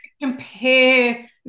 compare